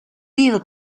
real